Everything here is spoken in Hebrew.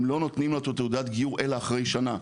הם לא נותנים לו את תעודת הגיור אלא אחרי שנה.